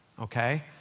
okay